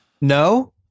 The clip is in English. No